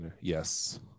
Yes